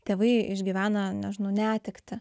tėvai išgyvena nežinau netektį